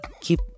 keep